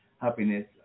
happiness